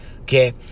Okay